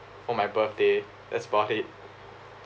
for my birthday that's about it